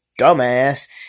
dumbass